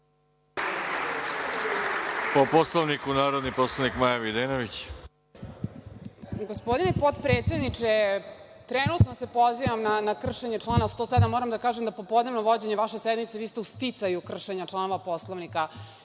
poslanik Maja Videnović. **Maja Videnović** Gospodine potpredsedniče, trenutno se pozivam na kršenje člana 107. Moram da kažem da popodnevno vođenje vaše sednice, vi ste u sticaju kršenja članova Poslovnika.